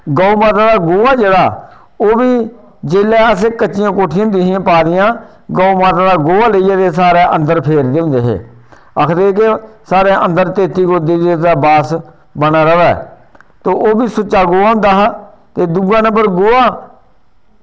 गौ माता दा गोहा जेह्ड़ा ओह्बी जेल्लै अस कच्चियां कोठियां होंदियां हियां पा दियां ते गौ माता दा गोहा लेइयै सारे फेरदे होंदे हे ते आखदे हे कि साढ़े अंदर तैती करोड़ देवी देवता दा वास बना रवै तो ओह्बी सुच्चा गोहा होंदा हा ते दूआ नंबर गोहा